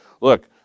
Look